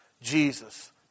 Jesus